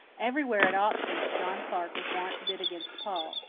everywhere at auctions john clarke was wont to bid against pa.